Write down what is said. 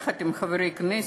יחד עם חברי כנסת,